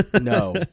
No